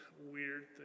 weird